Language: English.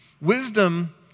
Wisdom